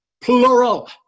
plural